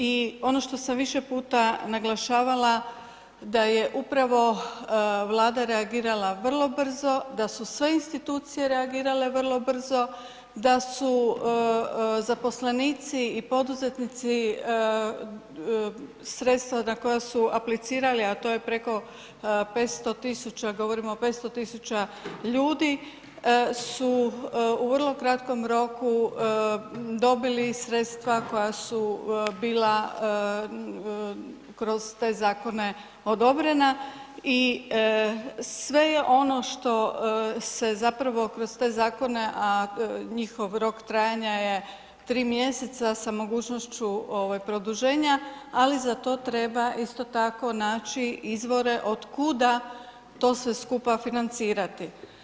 I ono što sam više puta naglašavala da je upravo Vlada reagirala vrlo brzo, da su sve institucije reagirale vrlo brzo, da su zaposlenici i poduzetnici sredstva za koja su aplicirali, a to je preko 500 000, govorimo o 500 000 ljudi, su u vrlo kratkom roku dobili sredstva koja su bila kroz te zakone odobrena i sve je ono što se zapravo kroz te zakone, a njihov rok trajanja je 3 mjeseca sa mogućnošću produženja, ali za to treba isto tako naći izvore otkuda to sve skupa financirati.